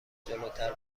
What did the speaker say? جلوتر